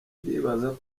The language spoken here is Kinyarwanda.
ndibaza